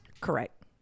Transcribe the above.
Correct